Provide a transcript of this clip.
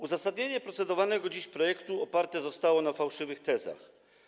Uzasadnienie procedowanego dziś projektu oparte zostało na fałszywych tezach.